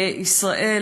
בישראל,